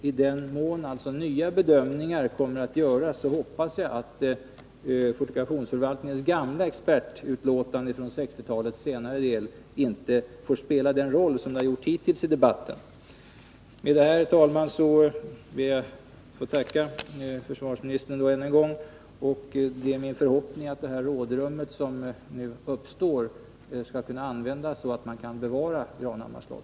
I den mån nya bedömningar kommer att göras hoppas jag att fortifikationsförvaltningens expertutlåtande från 1960-talets senare del inte får spela den roll den gjort hittills i debatten. Med detta ber jag, herr talman, att få tacka försvarsministern än en gång. Det är min förhoppning att det rådrum som nu uppstår skall kunna användas så att man kan bevara Granhammars slott.